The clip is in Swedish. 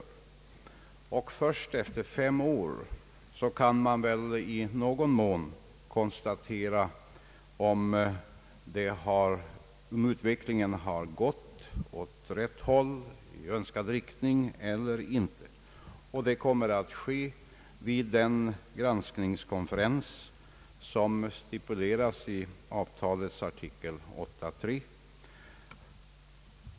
Först efter fem år kan man i någon mån konstatera om utvecklingen har gått i önskad riktning eller inte. Detta kommer att ske vid den granskningskonferens som stipuleras i avtalets artikel VIII: 3.